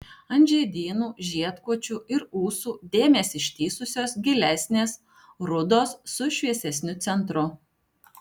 ant žiedynų žiedkočių ir ūsų dėmės ištįsusios gilesnės rudos su šviesesniu centru